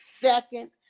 Second